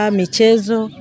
michezo